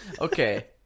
Okay